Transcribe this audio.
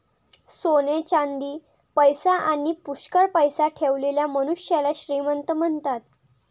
सोने चांदी, पैसा आणी पुष्कळ पैसा ठेवलेल्या मनुष्याला श्रीमंत म्हणतात